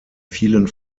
vielen